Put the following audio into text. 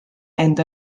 end